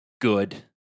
Good